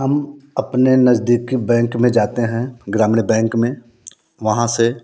हम अपने नजदीकी बैंक मे जाते हैं ग्रामीण बैंक में वहाँ से